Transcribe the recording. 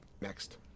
Next